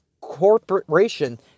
corporation